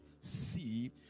See